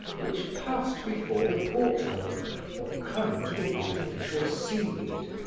which passed before the porthole or clung to the artificial sea-weed.